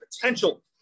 potential